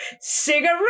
cigarette